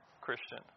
Christian